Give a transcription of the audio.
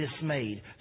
dismayed